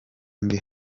ndi